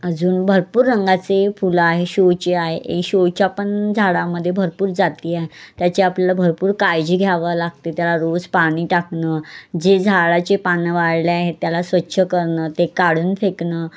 अजून भरपूर रंगाचे फुलं आहे शोचे आहे शोच्या पण झाडामध्ये भरपूर जाती आहे त्याचे आपल्याला भरपूर काळजी घ्यावं लागते त्याला रोज पाणी टाकणं जे झाडाचे पानं वाळले आहेत त्याला स्वच्छ करणं ते काढून फेकणं